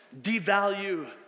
devalue